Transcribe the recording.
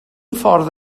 ffordd